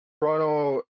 Toronto